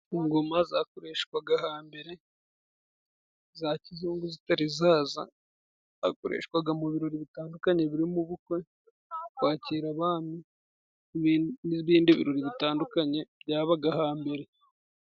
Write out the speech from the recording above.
Ingoma zakoreshwaga hambere za kizungu zitari zaza, zakoreshwaga mu birori bitandukanye birimo ubukwe, kwakira abami n'ibindi birori bitandukanye byabaga hambere.